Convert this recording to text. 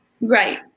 Right